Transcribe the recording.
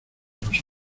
los